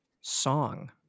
song